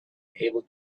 able